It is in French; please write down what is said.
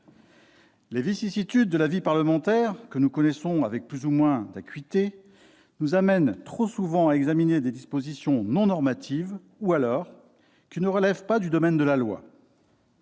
Les vicissitudes de la vie parlementaire que nous connaissons avec plus ou moins d'acuité nous amènent trop souvent à examiner des dispositions non normatives ou qui ne relèvent pas du domaine de la loi.